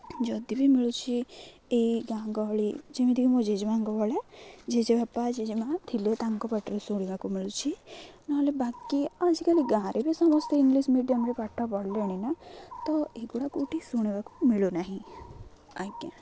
ଯଦି ବି ମିଳୁଛି ଏଇ ଗାଁ ଗହଳି ଯେମିତିକି ମୋ ଜେଜେମା'ଙ୍କଭଳିଳା ଜେଜେବାପା ଜେଜେମା' ଥିଲେ ତାଙ୍କ ପାଖରେ ଶୁଣିବାକୁ ମିଳୁଛି ନହେଲେ ବାକି ଆଜିକାଲି ଗାଁରେ ବି ସମସ୍ତେ ଇଂଲିଶ୍ ମିଡ଼ିୟମ୍ରେ ପାଠ ପଢ଼ିଲେଣି ନା ତ ଏଗୁଡ଼ା କେଉଁଠି ଶୁଣିବାକୁ ମିଳୁ ନାହିଁ ଆଜ୍ଞା